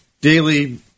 daily